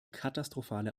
katastrophale